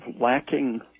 lacking